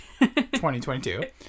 2022